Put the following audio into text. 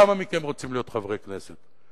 כמה מכם רוצים להיות חברי כנסת?